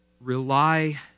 Rely